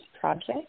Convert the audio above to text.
project